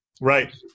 right